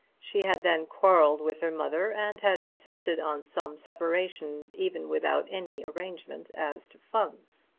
she had then quarrelled with her mother, and had insisted on some separation even without any arrangement as to funds.